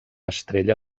estrella